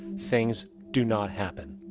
things do not happen.